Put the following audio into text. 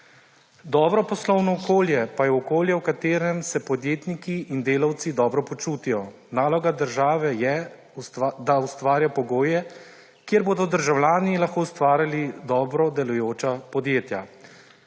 Dobro poslovno okolje pa je okolje, v katerem se podjetniki in delavci dobro počutijo. Naloga države je, da ustvarja pogoje, kjer bodo državljani lahko ustvarjali dobro delujoča podjetja.